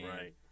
right